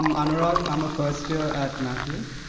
i'm anurag. i'm a first year at matthews.